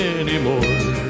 anymore